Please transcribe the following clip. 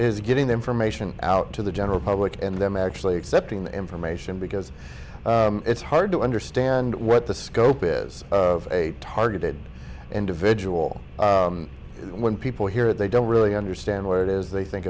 the getting the information out to the general public and them actually accepting the information because it's hard to understand what the scope is of a targeted individual when people hear it they don't really understand what it is they think